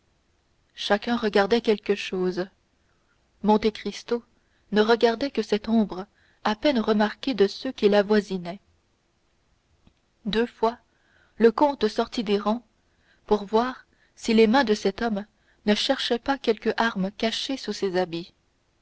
chacun regardait quelque chose monte cristo ne regardait que cette ombre à peine remarquée de ceux qui l'avoisinaient deux fois le comte sortit des rangs pour voir si les mains de cet homme ne cherchaient pas quelque arme cachée sous ses habits